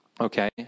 okay